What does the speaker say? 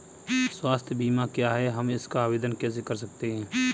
स्वास्थ्य बीमा क्या है हम इसका आवेदन कैसे कर सकते हैं?